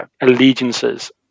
allegiances